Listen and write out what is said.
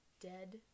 dead